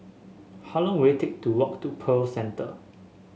how long will it take to walk to Pearl Centre